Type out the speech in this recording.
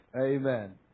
Amen